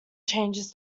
changes